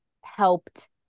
helped